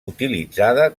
utilitzada